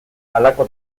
halako